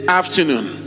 afternoon